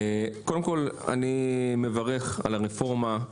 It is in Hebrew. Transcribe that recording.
קודם כל, אני מברך על הרפורמה.